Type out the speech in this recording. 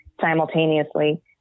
simultaneously